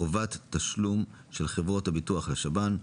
חובת תשלום של חברות הביטוח לשב"ן,